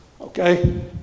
Okay